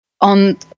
on